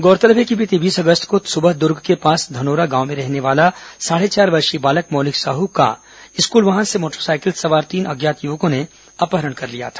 गौरतलब है कि बीते बीस अगस्त को सुबह दुर्ग के पास धनोरा गांव में रहने वाला साढ़े चार वर्षीय बालक मौलिक साहू का स्कूल वाहन से मोटरसाइकिल सवार तीन अज्ञात युवकों ने अपहरण कर लिया था